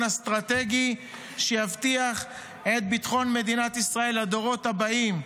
אסטרטגי שיבטיח את ביטחון מדינת ישראל לדורות הבאים.